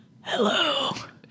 Hello